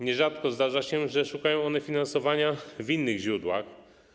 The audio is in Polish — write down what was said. Nierzadko zdarza się, że szukają one finansowania w innych źródłach.